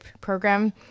program